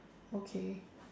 okay